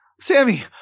Sammy